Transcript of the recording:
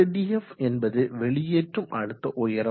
hdf என்பது வெளியேற்றும் அழுத்த உயரம்